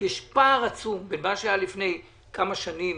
ויש פער עצום בין מה שהיה לפני כמה שנים,